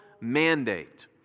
mandate